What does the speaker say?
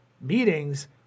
meetings